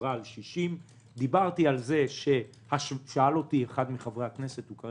שדיברה על 60. אחד מחברי הכנסת שאל